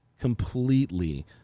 completely